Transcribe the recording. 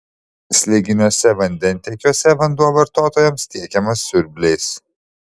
slėginiuose vandentiekiuose vanduo vartotojams tiekiamas siurbliais